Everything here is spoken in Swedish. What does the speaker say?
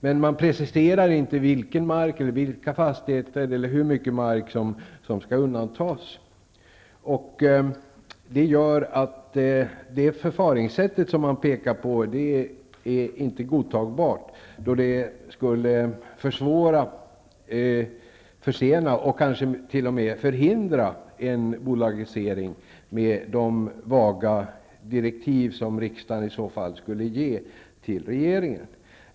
Men man preciserar inte vilka marker, vilka fastigheter eller hur mycket mark som skall undantas. Det gör att det förfaringssätt som man pekar på inte är godtagbart, då det skulle försvåra, försena och kanske t.o.m. förhindra en bolagisering, med de vaga direktiv som riksdagen i så fall skulle kunna ge till regeringen.